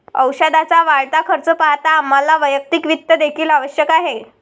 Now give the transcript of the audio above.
औषधाचा वाढता खर्च पाहता आम्हाला वैयक्तिक वित्त देखील आवश्यक आहे